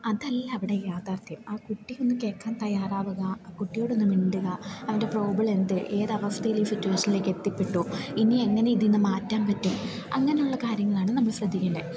അതല്ല അവിടെ യാഥാർത്ഥ്യം ആ കുട്ടിയൊന്ന് കേൾക്കാൻ തയ്യാറാകുക ആ കുട്ടിയോടൊന്ന് മിണ്ടുക അവന്റെ പ്രോബ്ലം എന്ത് ഏതവസ്ഥയിലീ സിറ്റുവേഷനിലേക്ക് എത്തിപ്പെട്ടു ഇനിയെങ്ങനെ ഇതിൽ നിന്ന് മാറ്റാൻ പറ്റും അങ്ങനെയുള്ള കാര്യങ്ങളാണ് നമ്മൾ ശ്രദ്ധിക്കേണ്ടത്